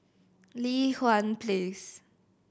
Li Hwan Place